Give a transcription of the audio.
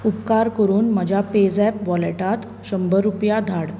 उपकार करून म्हज्या पेझॅप वॉलेटांत शंबर रुपया धाड